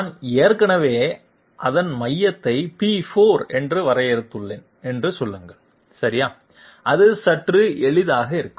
நான் ஏற்கனவே அதன் மையத்தை p4 என்று வரையறுத்துள்ளேன் என்று சொல்லுங்கள் சரியா அது சற்று எளிதாக இருக்கும்